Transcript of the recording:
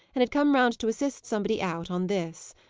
and had come round to assist somebody out on this.